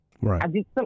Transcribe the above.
Right